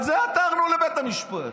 על זה עתרנו לבית המשפט.